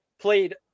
played